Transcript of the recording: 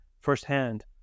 firsthand